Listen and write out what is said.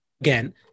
again